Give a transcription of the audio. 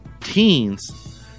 teens